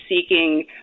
seeking